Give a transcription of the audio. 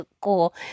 cool